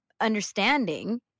understanding